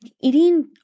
Eating